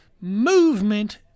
movement